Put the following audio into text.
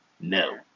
No